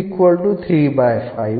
ഈ സമവാക്യത്തിന്റെ